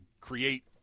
create